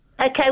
Okay